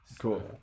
Cool